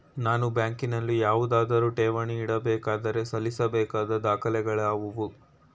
ನಾನು ಬ್ಯಾಂಕಿನಲ್ಲಿ ಯಾವುದಾದರು ಠೇವಣಿ ಇಡಬೇಕಾದರೆ ಸಲ್ಲಿಸಬೇಕಾದ ದಾಖಲೆಗಳಾವವು?